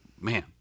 man